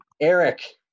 Eric